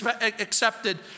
accepted